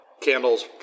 candles